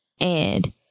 And-